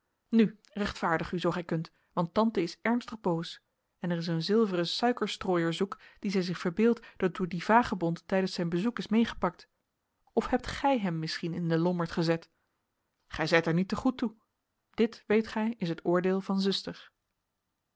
nu rechtvaardig u zoo gij kunt want tante is ernstig boos en er is een zilveren suikerstrooier zoek dien zij zich verbeeldt dat door dien vagebond tijdens zijn bezoek is meegepakt of hebt gij hem misschien in den lommerd gezet gij zijt er niet te goed toe dit weet gij is het oordeel van uwe zuster